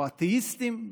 או אתאיסטים,